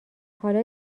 حالا